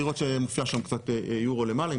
שמופיע שם קצת יורו למעלה.